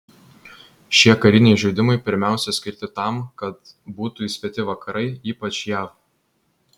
šie kariniai žaidimai pirmiausia skirti tam kad būtų įspėti vakarai ypač jav